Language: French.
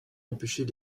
empêcher